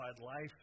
life